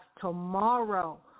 tomorrow